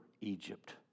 Egypt